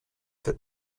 fit